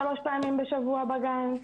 פעמים בשבוע בגן.